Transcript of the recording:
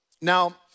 Now